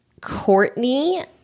Courtney